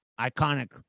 iconic